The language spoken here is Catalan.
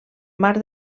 mar